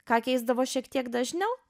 ką keisdavo šiek tiek dažniau